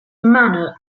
manner